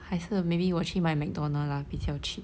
还是 maybe 我去买 McDonald's lah 比较 cheap